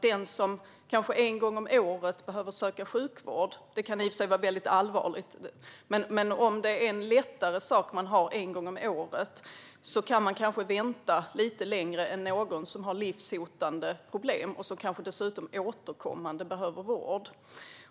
Den som en gång om året behöver söka sjukvård för någon lättare sak - det kan i och för sig röra sig om något väldigt allvarligt - kan kanske vänta lite längre än någon som har livshotande problem och återkommande behöver vård.